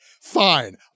Fine